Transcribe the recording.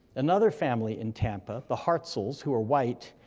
another family in tampa, the hartzells, who are white,